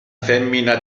femmina